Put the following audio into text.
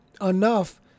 enough